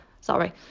Sorry